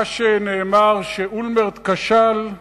מה שנאמר שאולמרט כשל,